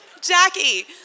Jackie